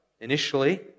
initially